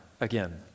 again